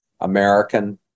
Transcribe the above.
american